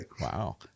Wow